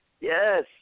Yes